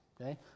okay